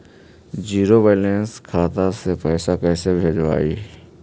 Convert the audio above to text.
Zero balance खाता से पैसा कैसे भेजबइ?